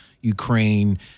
Ukraine